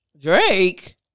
drake